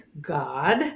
God